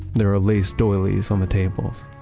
there are lace doilies on the tables,